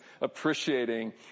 appreciating